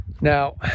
Now